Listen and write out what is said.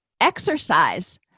exercise